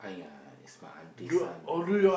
!aiay! it's my aunty son maybe